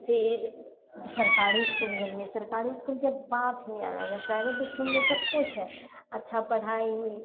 फिर सरकारी इसकुलमे गेलिए सरकारी इसकुलके बात ही अलग है प्राइवेट स्कूलमे सबकिछु है अच्छा पढ़ाइ